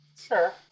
Sure